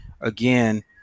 again